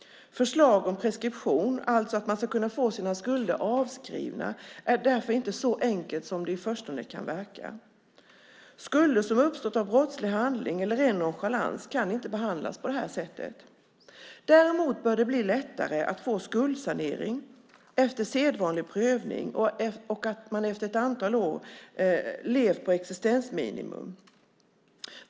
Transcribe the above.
Förslag om preskription, alltså att man ska kunna få sina skulder avskrivna, är därför inte så enkelt som det i förstone kan verka. Skulder som uppstått genom brottslig handling eller ren nonchalans kan inte behandlas på det här sättet. Däremot bör det bli lättare att få skuldsanering efter sedvanlig prövning och efter att man under ett antal år levt på existensminimum.